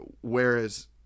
whereas